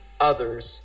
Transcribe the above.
others